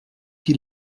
qui